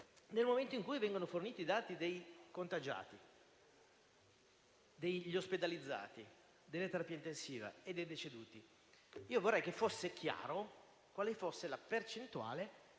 Nel momento in cui vengono forniti i dati dei contagiati, degli ospedalizzati, delle terapie intensive e dei deceduti, vorrei che fosse chiara la percentuale